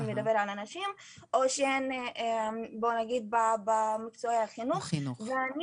אם מדברים על הנשים או שהן בוא נגיד ממקצועות החינוך ואני